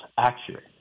accurate